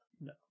No